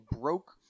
broke